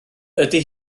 ydy